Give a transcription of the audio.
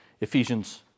Ephesians